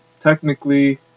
technically